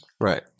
Right